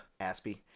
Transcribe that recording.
Aspie